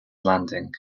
landing